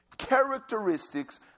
characteristics